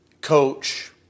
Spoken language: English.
coach